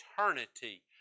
eternity